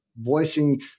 voicing